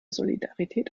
solidarität